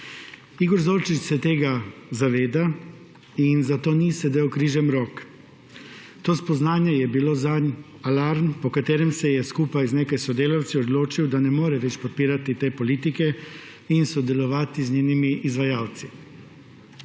Igor Zorčič se tega zaveda, zato ni sedel križem rok. To spoznanje je bilo zanj alarm, po katerem se je skupaj z nekaj sodelavci odločil, da ne more več podpirati te politike in sodelovati z njenimi izvajalci.